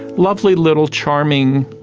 lovely little charming,